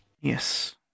Yes